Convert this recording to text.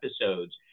episodes